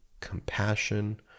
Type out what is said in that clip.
compassion